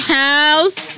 house